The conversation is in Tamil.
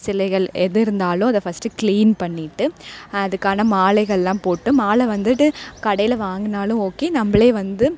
சிலைகள் எது இருந்தாலும் அதை ஃபர்ஸ்ட்டு க்ளீன் பண்ணிவிட்டு அதுக்கான மாலைகள் எல்லாம் போட்டு மாலை வந்துவிட்டு கடையில் வாங்குனாலும் ஓகே நம்பளே வந்து